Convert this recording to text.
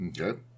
Okay